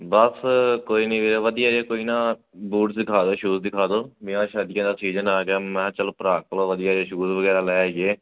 ਬਸ ਕੋਈ ਨਹੀਂ ਵੀਰੇ ਵਧੀਆ ਜਿਹੇ ਤੁਸੀਂ ਨਾ ਬੂਟਸ ਦਿਖਾ ਦਿਉ ਸ਼ੂਜ਼ ਦਿਖਾ ਦਿਉ ਵਿਆਹ ਸ਼ਾਦੀਆਂ ਦਾ ਸੀਜ਼ਨ ਆ ਗਿਆ ਮੈਂ ਕਿਹਾ ਚਲੋ ਭਰਾ ਕੋਲੋਂ ਵਧੀਆ ਜਿਹੇ ਸ਼ੂਜ਼ ਵਗੈਰਾ ਲੈ ਆਈਏ